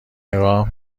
نگاه